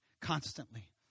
Constantly